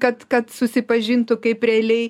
kad kad susipažintų kaip realiai